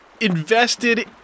invested